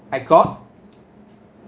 I got